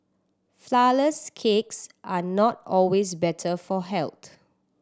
flourless cakes are not always better for health